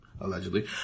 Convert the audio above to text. allegedly